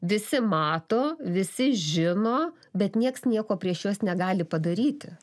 visi mato visi žino bet nieks nieko prieš juos negali padaryti